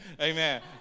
amen